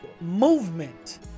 movement